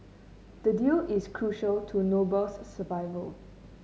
the deal is crucial to Noble's survival